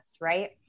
right